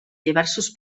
diversos